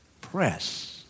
Press